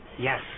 Yes